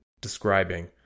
describing